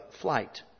flight